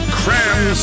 cram